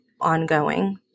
ongoing